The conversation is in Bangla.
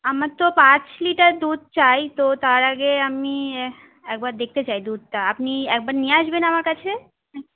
আমার তো পাঁচ লিটার দুধ চাই তো তার আগে আমি একবার দেখতে চাই দুধটা আপনি একবার নিয়ে আসবেন আমার কাছে